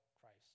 Christ